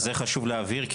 אז זה חשוב להבהיר,